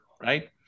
right